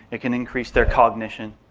it can increase their cognition,